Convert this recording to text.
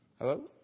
Hello